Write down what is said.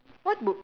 what would